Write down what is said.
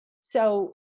So-